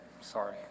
sorry